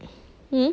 hmm